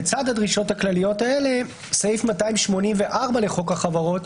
לצד הדרישות הכלליות האלה, סעיף 284 לחוק החברות,